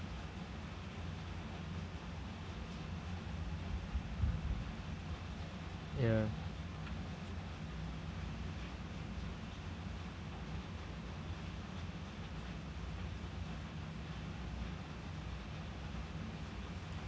ya